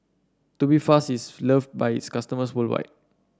Tubifast is loved by its customers worldwide